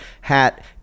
hat